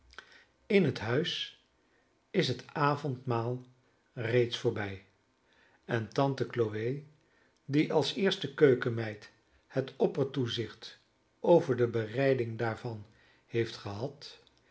in het huis is het avondmaal reeds voorbij en tante chloe die als eerste keukenmeid het oppertoezicht over de bereiding daarvan heeft gehad